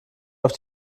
auf